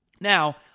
Now